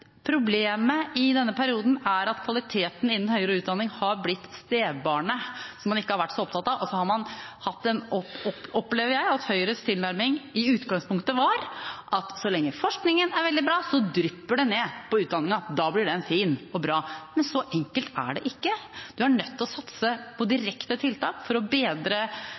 problemet i denne perioden er at kvaliteten innen høyere utdanning har blitt stebarnet man ikke har vært så opptatt av. Jeg opplever at Høyres tilnærming i utgangspunktet var at så lenge forskningen er veldig bra, drypper det ned på utdanningen, da blir den fin og bra. Men så enkelt er det ikke. Man er nødt til å satse på direkte tiltak for å bedre